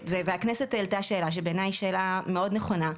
הכנסת העלתה שאלה, שבעיניי היא שאלה מאוד נכונה.